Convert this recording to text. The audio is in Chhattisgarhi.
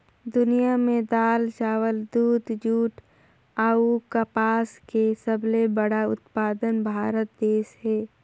दुनिया में दाल, चावल, दूध, जूट अऊ कपास के सबले बड़ा उत्पादक भारत देश हे